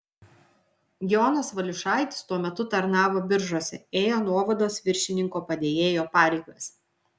jonas valiušaitis tuo metu tarnavo biržuose ėjo nuovados viršininko padėjėjo pareigas